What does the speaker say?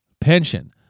pension